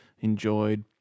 enjoyed